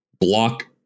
block